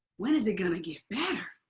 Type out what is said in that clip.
when is it going to get better?